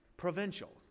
Provincial